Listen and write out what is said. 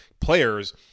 players